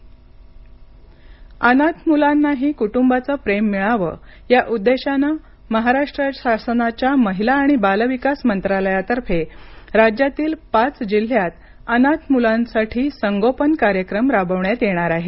महाराष्ट्र बाल संगोपन अनाथ मुलांनाही कुटुंबाच प्रेम मिळावं या उद्देशानं महाराष्ट्र शासनाच्या महिला आणि बालविकास मंत्रालयातर्फे राज्यातील पाच जिल्ह्यात अनाथ मुलांसाठी संगोपन कार्यक्रम राबवण्यात येणार आहे